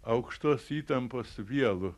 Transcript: aukštos įtampos vielų